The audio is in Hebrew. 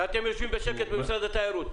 ואתם יושבים בשקט במשרד התיירות.